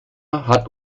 hat